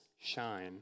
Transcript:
shine